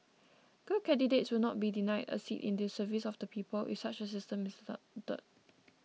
good candidates would not be denied a seat in the service of the people if such a system is